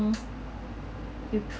mm you